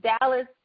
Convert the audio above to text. dallas